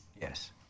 Yes